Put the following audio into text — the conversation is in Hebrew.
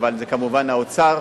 אבל זה כמובן האוצר,